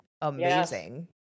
amazing